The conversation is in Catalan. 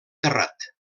terrat